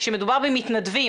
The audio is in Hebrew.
שמדובר שמתנדבים,